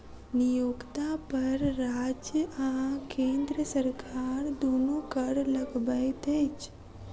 नियोक्ता पर राज्य आ केंद्र सरकार दुनू कर लगबैत अछि